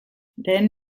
lehen